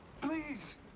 Please